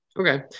Okay